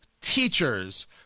teachers